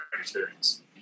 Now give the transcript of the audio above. experience